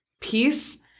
peace